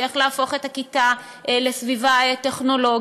איך להפוך את הכיתה לסביבה טכנולוגית,